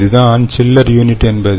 இதுதான் chiller unit என்பது